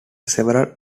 several